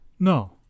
No